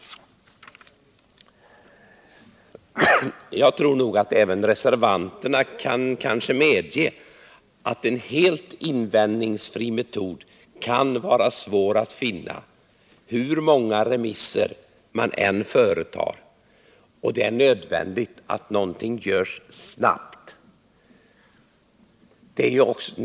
Jag tror att även reservanterna kan medge att en helt invändningsfri metod är svår att finna hur många remisser man än företar, och det är nödvändigt att någonting görs snabbt.